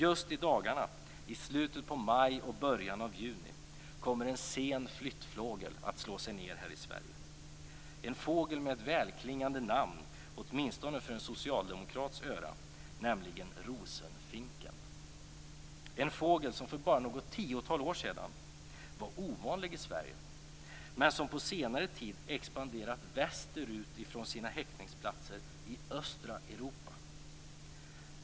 Just i dagarna, i slutet på maj och början av juni, kommer en sen flyttfågel att slå sig ned här i Sverige, en fågel med ett välklingande namn åtminstone för en socialdemokrats öra, nämligen rosenfinken - en fågel som för bara något tiotal år sedan var ovanlig i Sverige men som på senare tid expanderat västerut från sina häckningsplatser i östra Europa.